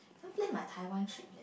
haven't plan my Taiwan trip